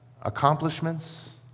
accomplishments